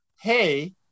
Hey